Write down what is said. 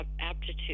aptitude